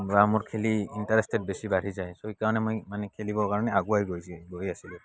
বা মোৰ খেলি ইণ্টাৰেষ্ট বেছি বাঢ়ি যায় চ' এইকাৰণে মই মানে খেলিবৰ কাৰণে আগুৱাই গৈ আছিলোঁ